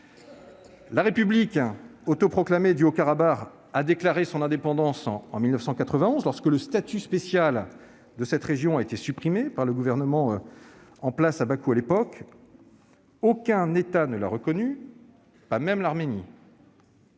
La république autoproclamée du Haut-Karabagh a déclaré son indépendance en 1991 lorsque le statut spécial de cette région a été supprimé par le gouvernement en place à Bakou à l'époque. Aucun État ne l'a reconnue, pas même l'Arménie.